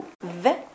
V